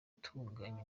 gutunganya